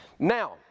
Now